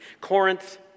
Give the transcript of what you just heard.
Corinth